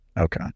Okay